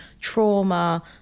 trauma